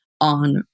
on